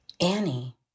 Annie